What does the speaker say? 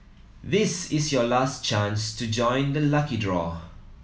this is your last chance to join the lucky draw